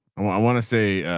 i want i want to say,